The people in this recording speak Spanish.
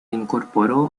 incorporó